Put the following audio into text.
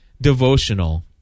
devotional